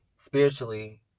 spiritually